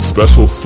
Special